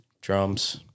Drums